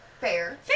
fair